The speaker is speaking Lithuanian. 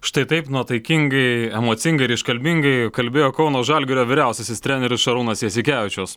štai taip nuotaikingai emocingai ir iškalbingai kalbėjo kauno žalgirio vyriausiasis treneris šarūnas jasikevičius